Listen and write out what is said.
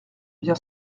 bien